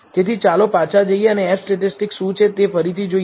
તેથી ચાલો પાછા જઈએ અને F સ્ટેટિસ્ટિક શું છે તે ફરી જોઈએ